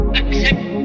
accept